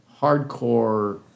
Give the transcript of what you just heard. hardcore